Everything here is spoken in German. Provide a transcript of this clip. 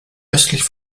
östlich